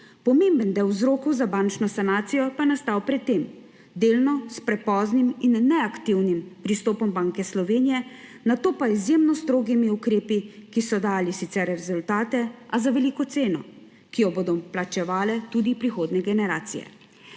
Pomemben del vzrokov za bančno sanacijo pa je nastal pred tem, delno s prepoznim in neaktivnim pristopom Banke Slovenije, nato pa izjemno strogimi ukrepi, ki so dali sicer rezultate, a za veliko ceno, ki jo bodo plačevale tudi prihodnje generacije.